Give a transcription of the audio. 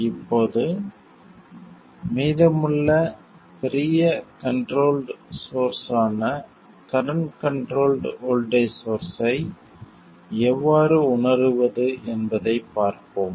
இப்போது மீதமுள்ள பெரிய கண்ட்ரோல்ட் சோர்ஸ் ஆன கரண்ட் கண்ட்ரோல்ட் வோல்ட்டேஜ் சோர்ஸ்ஸை எவ்வாறு உணருவது என்பதைப் பார்ப்போம்